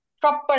proper